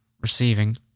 receiving